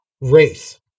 Race